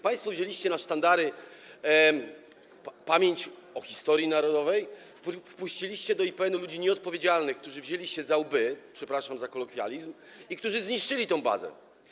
Państwo wzięliście na sztandary pamięć o historii narodowej, wpuściliście do IPN-u ludzi nieodpowiedzialnych, którzy wzięli się za łby - przepraszam za kolokwializm - i którzy zniszczyli tę bazę.